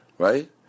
right